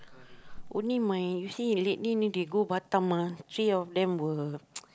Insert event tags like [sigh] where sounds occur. only my you see lately they go Batam ah three of them were [noise]